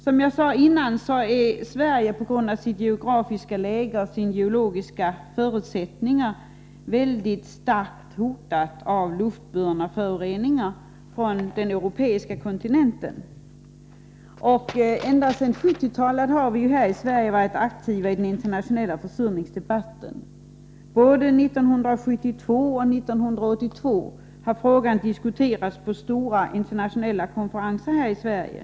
Som jag sade tidigare är Sverige på grund av sitt geografiska läge och sina geologiska förutsättningar mycket starkt hotat av luftburna föroreningar från den europeiska kontinenten. Ända sedan 1970-talet har vi i vårt land varit aktiva i den internationella försurningsdebatten. Både 1972 och 1982 har frågan diskuterats på stora internationella konferenser här i Sverige.